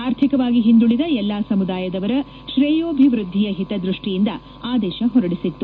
ಆರ್ಥಿಕವಾಗಿ ಹಿಂದುಳಿದ ಎಲ್ಲಾ ಸಮುದಾಯದವರ ಶ್ರೇಯೋಭಿವ್ವದ್ದಿಯ ಹಿತದ್ವಷ್ಡಿಯಿಂದ ಆದೇಶ ಹೊರಡಿಸಿತ್ತು